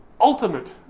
ultimate